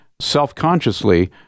self-consciously